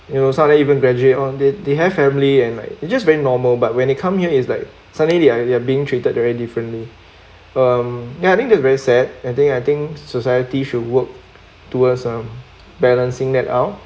you know sometimes even graduate oh they they have family and like it's just very normal but when it comes here is like suddenly they are being treated very differently um I think the very sad I think I think society should work towards um balancing that out